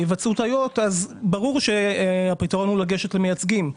יבצעו טעויות ברור שהפתרון הוא לגשת למייצגים,